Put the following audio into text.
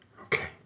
Okay